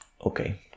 Okay